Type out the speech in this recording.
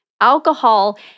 Alcohol